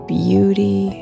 beauty